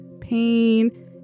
pain